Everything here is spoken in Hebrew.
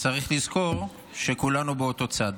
צריך לזכור שכולנו באותו צד.